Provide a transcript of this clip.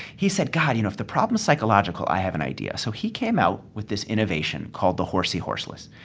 he said, god, you know, if the problem's psychological, i have an idea so he came out with this innovation called the horsey horseless,